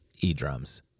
e-drums